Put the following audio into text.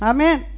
Amen